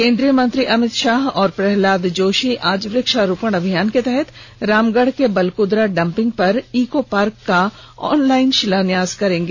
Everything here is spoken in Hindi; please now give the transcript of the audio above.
केन्द्रीय मंत्री अमित शाह और प्रहलाद जोशी आज वृक्षारोपण अभियान के तहत रामगढ़ के बलकुदरा डंपिंग पर इको पार्क का ऑनलाइन शिलान्यास करेंगे